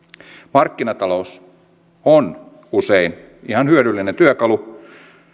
markkinatalous on usein ihan hyödyllinen työkalu